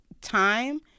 time